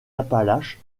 appalaches